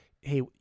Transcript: Hey